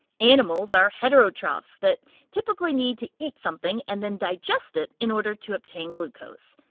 animals are heterotrophs that typically need to eat something and then digest it in order to obtain glucose.